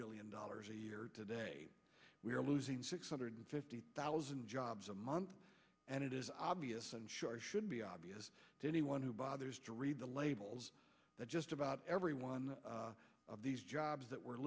billion dollars a year today we are losing six hundred fifty thousand jobs a month and it is obvious and sure should be obvious to anyone who bothers to read the labels that just about every one of these jobs that we're